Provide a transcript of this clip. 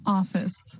office